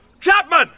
Chapman